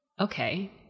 okay